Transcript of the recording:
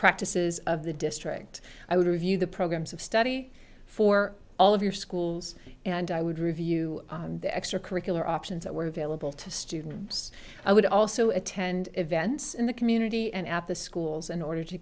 practices of the district i would review the programs of study for all of your schools and i would review the extra curricular options that were available to students i would also attend events in the community and at the schools in order to